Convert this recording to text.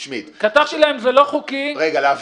זה בגלל שטכנית אין